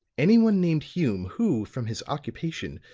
anyone named hume who, from his occupation,